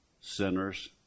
sinners